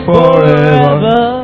forever